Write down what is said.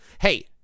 Hey